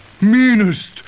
Meanest